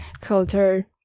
culture